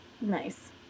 Nice